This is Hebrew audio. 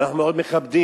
ואנחנו מאוד מכבדים,